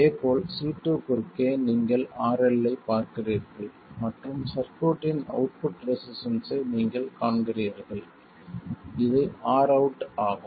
இதேபோல் C2 குறுக்கே நீங்கள் RL ஐப் பார்க்கிறீர்கள் மற்றும் சர்க்யூட்டின் அவுட்புட் ரெசிஸ்டன்ஸ்ஸை நீங்கள் காண்கிறீர்கள் இது Rout ஆகும்